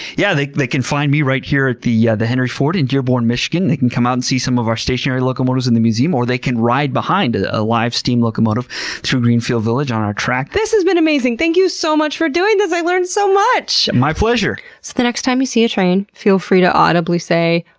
yeah they they can find me right here at the yeah the henry ford in dearborn, michigan. they can come out and see some of our stationary locomotives in the museum or they can ride behind a live steam locomotive through greenfield village on our track. this has been amazing. thank you so much for doing this. i learned so much! my pleasure. so the next time you see a train feel free to audibly say,